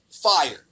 fire